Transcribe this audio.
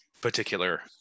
particular